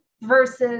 versus